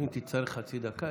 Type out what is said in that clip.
ואם תצטרך חצי דקה,